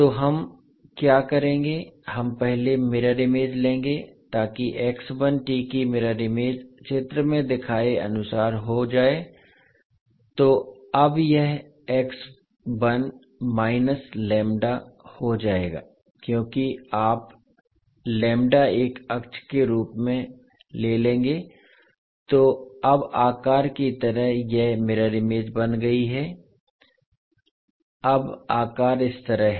तो हम क्या करेंगे हम पहले मिरर इमेज लेंगे ताकि की मिरर इमेज चित्र में दिखाए अनुसार हो जाए तो अब यह हो जाएगा क्योंकि आप एक अक्ष के रूप में ले लेंगे तो अब आकार की तरह यह मिरर इमेज बन गई है अब आकार इस तरह है